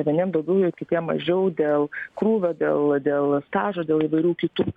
vieniem daugiau kitiem mažiau dėl krūvio dėl dėl stažo dėl įvairių kitų